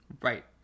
Right